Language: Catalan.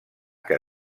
que